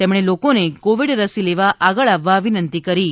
તેમણે લોકોને કોવિડ રસી લેવા આગળ આવવા વિનંતી કરી હતી